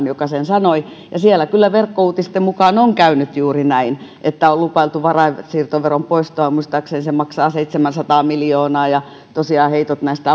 joka sen sanoi ja kyllä verkkouutisten mukaan on käynyt juuri näin että on lupailtu varainsiirtoveron poistoa joka muistaakseni maksaa seitsemänsataa miljoonaa ja tosiaan on heitot näistä